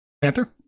Panther